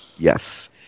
Yes